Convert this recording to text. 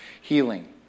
healing